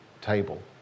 table